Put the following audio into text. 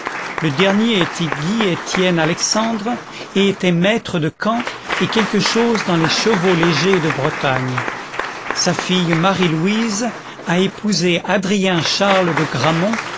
le dernier était guy étienne alexandre et était maître de camp et quelque chose dans les chevaux légers de bretagne sa fille marie-louise a épousé adrien charles de gramont